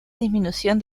disminución